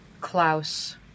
Klaus